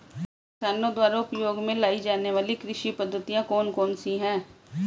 किसानों द्वारा उपयोग में लाई जाने वाली कृषि पद्धतियाँ कौन कौन सी हैं?